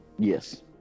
Yes